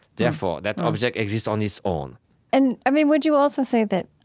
therefore, that object exists on its own and i mean would you also say that